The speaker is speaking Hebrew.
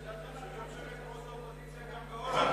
יושבת-ראש האופוזיציה גם בהולנד.